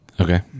Okay